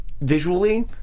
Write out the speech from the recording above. visually